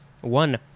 One